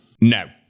No